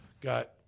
got